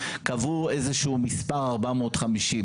קבעו איזשהו מספר 450,